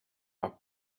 are